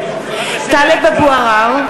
(קוראת בשמות חברי הכנסת) טלב אבו עראר,